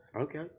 Okay